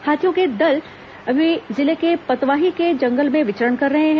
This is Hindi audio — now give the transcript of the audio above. हाथियों का दल जिले के पतवाही के जंगल में विचरण कर रहा है